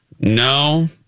No